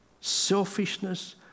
selfishness